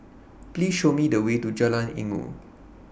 Please Show Me The Way to Jalan Inggu